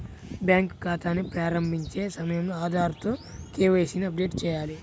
bank ఖాతాని ప్రారంభించే సమయంలో ఆధార్ తో కే.వై.సీ ని అప్డేట్ చేయాలి